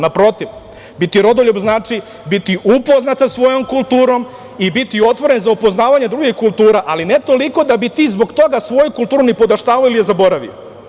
Naprotiv, biti rodoljub znači biti upoznat sa svojom kulturom i biti otvoren za upoznavanje drugih kultura, ali ne toliko da bi ti zbog toga svoju kulturu nipodaštavao ili zaboravio.